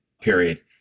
period